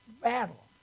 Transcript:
Battle